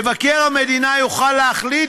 מבקר המדינה יוכל להחליט,